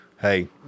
Hey